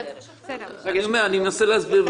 אני מנסה להסביר,